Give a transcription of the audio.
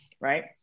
right